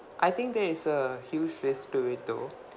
I think there is a huge risk to it though